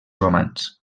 romans